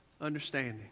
understanding